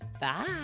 Bye